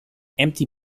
empty